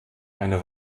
eine